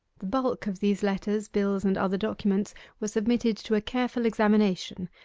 the bulk of these letters, bills, and other documents were submitted to a careful examination,